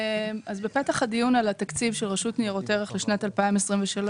בפתח הדיון על התקציב של הרשות לניירות ערך לשנת 2023,